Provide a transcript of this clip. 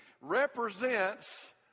represents